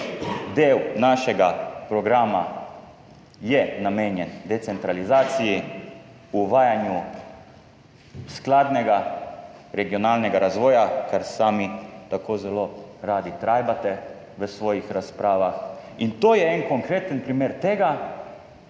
Del našega programa je namenjen decentralizaciji, uvajanju skladnega regionalnega razvoja, kar sami tako zelo radi trajbate v svojih razpravah, in to je en konkreten primer tega,